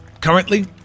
currently